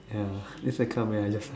ya this the kind of man I just